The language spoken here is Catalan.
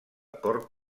cor